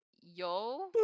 Yo